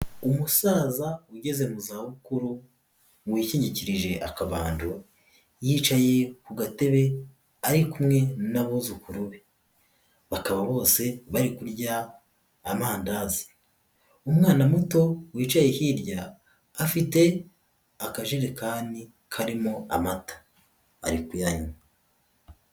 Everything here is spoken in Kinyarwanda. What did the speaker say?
Umusaza ugeze mu zabukuru wikingikirije akabando, yicaye ku gatebe ari kumwe n'abuzukuru be, bakaba bose bari kurya amandazi, umwana muto wicaye hirya afite akajerekani karimo amata barikuyanywa.